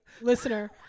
listener